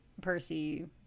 Percy